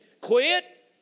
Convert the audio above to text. quit